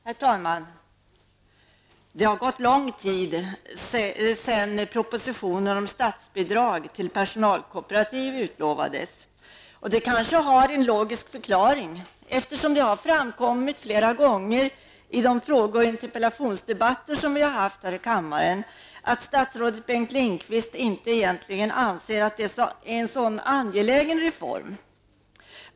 Herr talman! Det har gått lång tid sedan propositionen om statsbidrag till personalkooperativ utlovades, och det kanske har en logisk förklaring, eftersom det flera gånger i de fråge och interpellationsdebatter vi har haft här i kammaren har framkommit att statsrådet Bengt Lindqvist egentligen inte anser att detta är en särskilt angelägen reform.